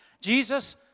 Jesus